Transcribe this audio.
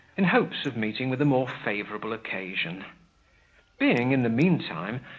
in hopes of meeting with a more favourable occasion being, in the meantime,